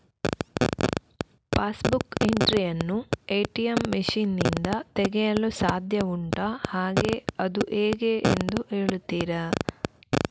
Pass book entry ಯನ್ನು ATM machine ನಿಂದ ತೆಗೆಯಲು ಸಾಧ್ಯ ಉಂಟಾ ಹಾಗೆ ಅದು ಹೇಗೆ ಎಂದು ಹೇಳುತ್ತೀರಾ?